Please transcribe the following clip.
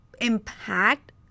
impact